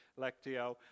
Lectio